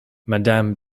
madame